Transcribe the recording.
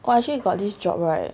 !wah! actually got this job right